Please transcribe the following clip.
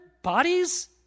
Bodies